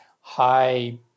high